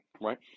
right